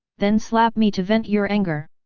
then slap me to vent your anger!